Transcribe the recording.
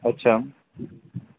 ਅੱਛਾ